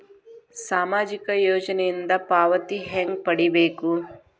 ಸಾಮಾಜಿಕ ಯೋಜನಿಯಿಂದ ಪಾವತಿ ಹೆಂಗ್ ಪಡಿಬೇಕು?